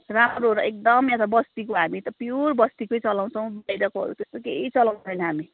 राम्रो एकदम यहाँ त बस्तीको हामी त प्युर बस्तीकै चलाउँछौँ बाहिरकोहरू त्यस्तो केही चलाउँदैनौँ हामी